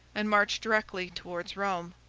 and march directly towards rome.